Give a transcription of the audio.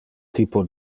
typo